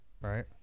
right